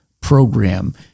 program